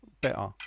better